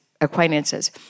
acquaintances